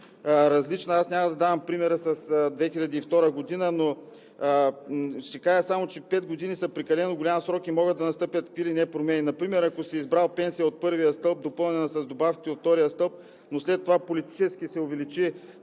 Аз няма да давам примера с 2002 г., но ще кажа само, че пет години са прекалено голям срок и могат да настъпят какви ли не промени. Например, ако си избрал пенсия от първия стълб, допълнена с добавките от втория стълб, но след това политически се увеличи